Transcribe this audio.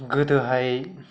गोदोहाय